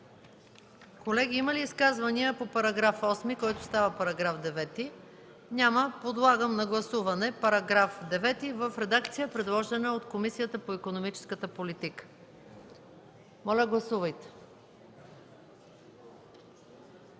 Колеги, има ли изказвания по § 8, който става § 9? Няма. Подлагам на гласуване § 9 в редакцията, предложена от Комисията по икономическата политика. Моля, гласувайте.